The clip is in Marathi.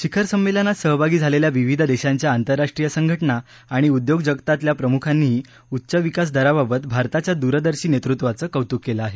शिखर संमेलनात सहभागी झालेल्या विविध देशांच्या आंतरराष्ट्रीय संघटना आणि उद्योग जगतातल्या प्रमुखांनीही उच्च विकास दराबाबत भारताच्या दूरदर्शी नेतृत्वाचं कौतुक केलं आहे